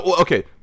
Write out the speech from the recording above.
okay